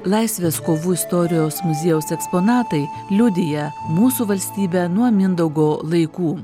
laisvės kovų istorijos muziejaus eksponatai liudija mūsų valstybę nuo mindaugo laikų